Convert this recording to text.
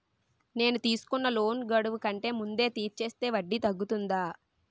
నేను తీసుకున్న లోన్ గడువు కంటే ముందే తీర్చేస్తే వడ్డీ తగ్గుతుందా?